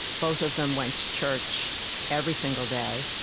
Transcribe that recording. both of them went to church every single day.